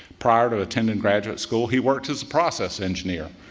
prior to attending graduate school, he worked as a process engineer,